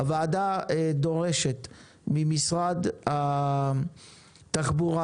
הוועדה דורשת ממשרד התחבורה,